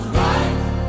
right